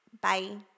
Bye